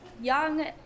young